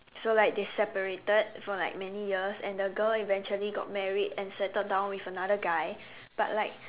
so like they separated for like many years and the girl eventually got married and settled down with another guy but like